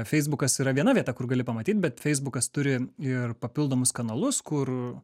feisbukas yra viena vieta kur gali pamatyt bet feisbukas turi ir papildomus kanalus kur